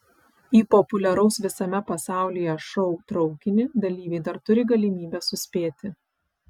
į populiaraus visame pasaulyje šou traukinį dalyviai dar turi galimybę suspėti